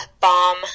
bomb